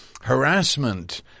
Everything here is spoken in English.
harassment